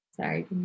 Sorry